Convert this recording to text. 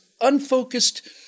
unfocused